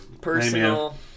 Personal